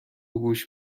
گوش